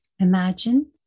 Imagine